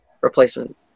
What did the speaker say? replacement